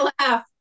laugh